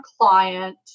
client